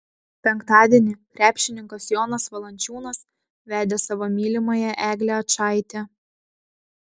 penktadienį krepšininkas jonas valančiūnas vedė savo mylimąją eglę ačaitę